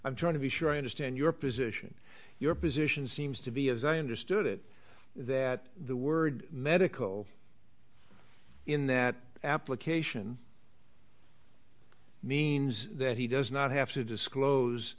i'm trying to be sure i understand your position your position seems to be as i understood it that the word medical in that application means that he does not have to disclose